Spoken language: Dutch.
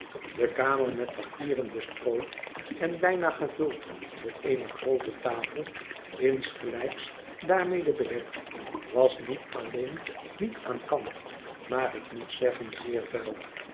de kamer met papieren bestrooid en bijna gevuld door eene groote tafel ingelijks daarmede bedekt was niet alleen niet aan kant maar ik moet zeggen zeer vuil